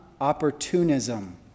opportunism